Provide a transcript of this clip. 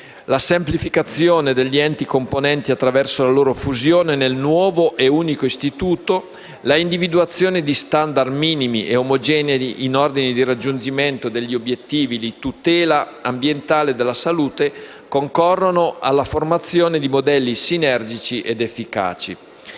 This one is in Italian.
la semplificazione degli enti componenti attraverso la loro fusione nel nuovo ed unico istituto; l'individuazione di standard minimi e omogenei in ordine di raggiungimento degli obiettivi di tutela ambientale della salute, concorrono alla formazione di modelli sinergici ed efficaci.